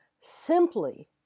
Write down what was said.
simply